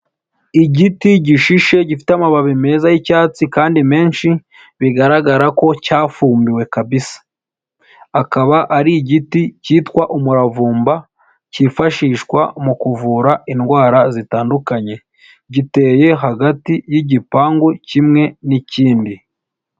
Igiti gishishe gifite amababi meza yi'cyatsi kandi menshi, bigaragara ko cyafumbiwe kabisa. Akaba ari igiti cyitwa umuravumba cyifashishwa mu kuvura indwara zitandukanye, giteye hagati y'igipangu kimwe n'ikindi.